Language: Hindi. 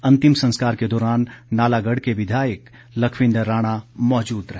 अंतिम संस्कार के दौरान नालागढ़ के विधायक लखविन्दर राणा मौजूद रहे